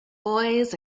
boys